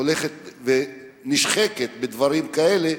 הולכת ונשחקת בדברים כאלה,